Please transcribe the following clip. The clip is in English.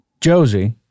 Josie